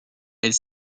elle